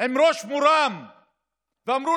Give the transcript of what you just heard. עם ראש מורם ואמרו: